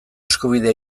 eskubidea